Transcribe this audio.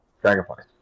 Dragonflies